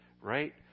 right